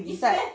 is meh